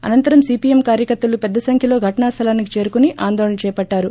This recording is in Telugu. అనంతరం సీపీఎం కార్యకర్తలు పెద్ద సంఖ్యలో ఘటనా స్థలానికి చేరుకొని ఆందోళన చేపట్టారు